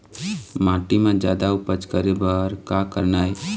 माटी म जादा उपज करे बर का करना ये?